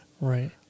Right